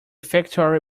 factory